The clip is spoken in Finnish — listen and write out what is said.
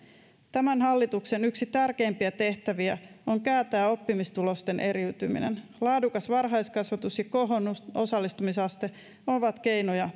tämän hallituksen yksi tärkeimpiä tehtäviä on kääntää oppimistulosten eriytyminen laadukas varhaiskasvatus ja kohonnut osallistumisaste ovat keinoja